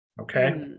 Okay